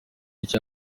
icyo